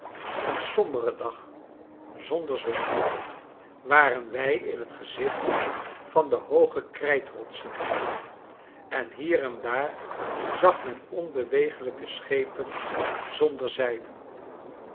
een sombere dag zonder zon waren wij in het gezicht van de hooge krijtrotsen en hier en daar zag men onbeweeglijke schepen zonder